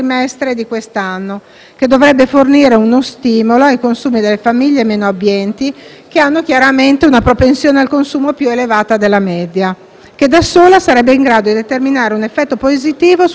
che dovrebbe fornire uno stimolo ai consumi delle famiglie meno abbienti che hanno chiaramente una propensione al consumo più elevata della media, che da sola sarebbe in grado di determinare un effetto positivo sulla crescita del PIL reale